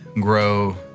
grow